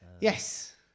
Yes